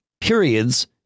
periods